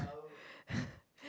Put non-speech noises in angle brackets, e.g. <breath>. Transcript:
<breath>